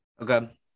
Okay